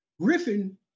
Griffin